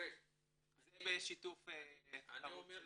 זה בשיתוף --- אני אומר לך,